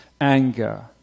anger